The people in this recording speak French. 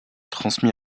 transmis